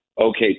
okay